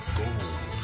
gold